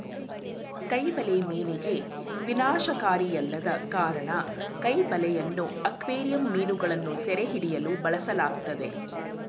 ಕೈ ಬಲೆ ಮೀನಿಗೆ ವಿನಾಶಕಾರಿಯಲ್ಲದ ಕಾರಣ ಕೈ ಬಲೆಯನ್ನು ಅಕ್ವೇರಿಯಂ ಮೀನುಗಳನ್ನು ಸೆರೆಹಿಡಿಯಲು ಬಳಸಲಾಗ್ತದೆ